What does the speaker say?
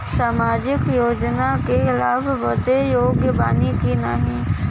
सामाजिक योजना क लाभ बदे योग्य बानी की नाही?